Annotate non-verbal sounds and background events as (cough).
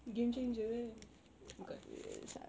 game changer kan bukan (noise)